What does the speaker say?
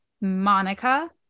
Monica